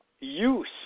Use